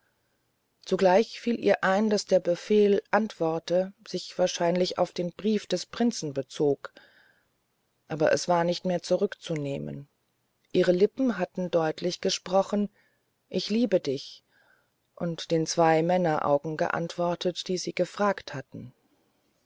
zugleich fiel ihr ein daß der befehl antworte sich wahrscheinlich auf den brief des prinzen bezogen habe aber es war nicht mehr zurückzunehmen ihre lippen hatten deutlich gesprochen ich liebe dich und den zwei männeraugen geantwortet die sie gefragt hatten